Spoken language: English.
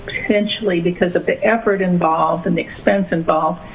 essentially, because of the effort involved and the expense involved,